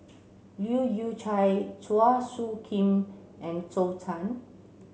Leu Yew Chye Chua Soo Khim and Zhou Can